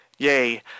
Yay